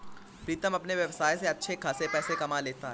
प्रीतम अपने व्यवसाय से अच्छे खासे पैसे कमा लेता है